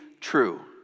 true